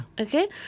Okay